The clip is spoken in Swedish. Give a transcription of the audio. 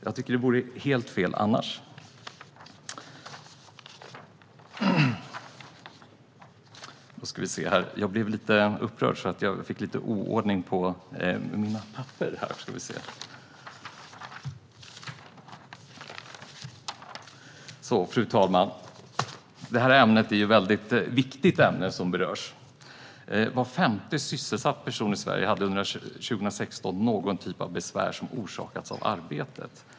Jag tycker att allt annat vore helt fel. Fru talman! Det är ett viktigt ämne som berörs. Var femte sysselsatt person i Sverige hade under 2016 någon typ av besvär som orsakats av arbetet.